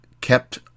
kept